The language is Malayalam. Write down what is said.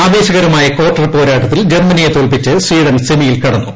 ആവേശകരമായ കാർട്ടർ പോരാട്ടത്തിൽ ജർമനിയെ തോൽപ്പിച്ച് സ്വീഡൻ സെമിയിൽ കടന്നു